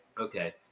Okay